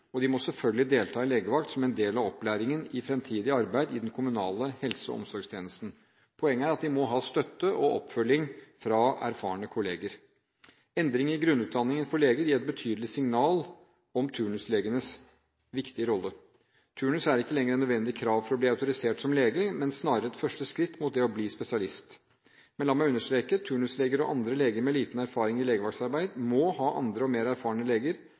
og de må selvfølgelig delta i legevakt som en del av opplæringen til fremtidig arbeid i den kommunale helse- og omsorgstjenesten. Poenget er at de må ha støtte og oppfølging fra erfarne kolleger. Endring i grunnutdanningen for leger gir et tydelig signal om turnuslegenes viktige rolle. Turnus er ikke lenger et nødvendig krav for å bli autorisert som lege, men er snarere et første skritt mot det å bli spesialist. Men la meg understreke: Turnusleger og andre leger med liten erfaring i legevaktarbeid må ha andre og mer erfarne leger